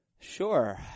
Sure